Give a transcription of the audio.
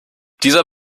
dieser